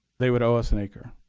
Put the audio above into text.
they would owe us an acre.